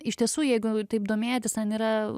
iš tiesų jeigu taip domėtis ten yra